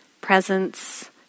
presence